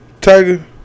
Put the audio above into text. Tiger